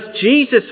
Jesus